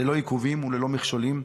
ללא עיכובים וללא מכשולים.